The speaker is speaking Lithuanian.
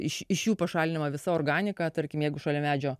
iš jų pašalinama visa organika tarkim jeigu šalia medžio